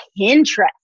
Pinterest